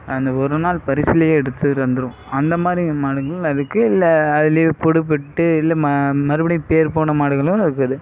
அந்த ஒரு நாள் பரிசுலேயே எடுத்து வந்துடுவோம் அந்தமாதிரி மாடுகளும் இருக்கு இல்லை அதிலே புடிபட்டு இல்லை மறுபடியும் பேர்போன மாடுகளும் இருக்குது